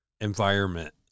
environment